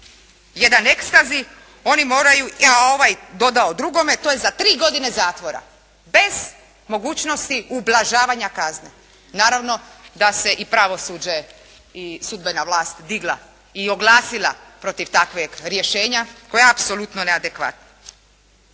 jedan Extazy, oni moraju, ovaj dodao drugome, to je za tri godine zatvora bez mogućnosti ublažavanja kazne. Naravno da se i pravosuđe i sudbena vlast digla i oglasila protiv takvih rješenja koje je apsolutno neadekvatno.